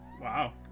Wow